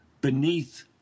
beneath